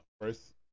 first